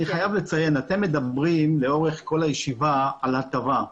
אתם מדברים לאורך כל הישיבה על הטבה.